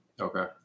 Okay